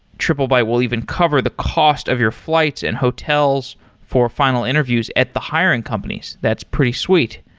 triplebyte will even cover the cost of your flights and hotels for final interviews at the hiring companies. that's pretty sweet.